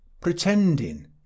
pretending